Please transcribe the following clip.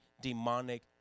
demonic